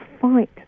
fight